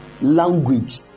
language